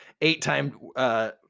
eight-time